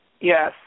Yes